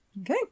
Okay